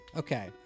Okay